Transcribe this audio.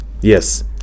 yes